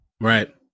Right